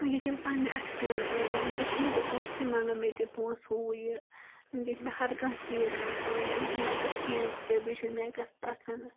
ونکیٚس چھِ یِم پَننہِ اتھہِ پونٛسہِ زینان وِنکیٚن چھِنہِ بہٕ کٲنٛسہِ منگان مےٚ دِ پونٛسہِ ہوٗ یہِ وِنکیٚس چھُ مےٚ ہر کانٛہہ چیٖز انان پانے میک اپ چیز تہِ بیٚیہِ چھُ مےٚ میک اپ پَسنٛد